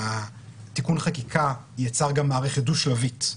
תיקון החקיקה יצר גם מערכת דו-שלבית,